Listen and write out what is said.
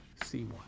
c1